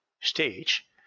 stage